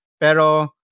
Pero